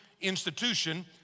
institution